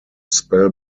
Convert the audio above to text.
spell